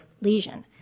lesion